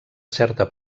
certa